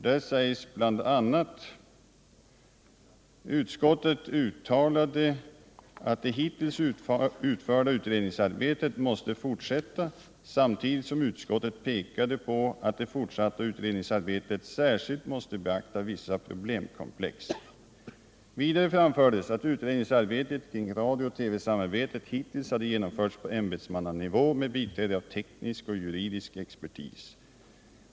Där står: ”Utskottet uttalade med anledning härav att det hittills utförda utredningsarbetet måste fortsätta samtidigt som utskottet pekade på att det fortsatta utredningsarbetet särskilt måste beakta vissa problemkomplex. Vidare framfördes att utredningsarbetet kring radiooch TV-samarbetet hittills hade genomförts på ämbetsmannanivå med biträde av teknisk och juridisk expertis.